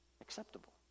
acceptable